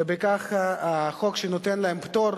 ובכך החוק, שנותן להם פטור,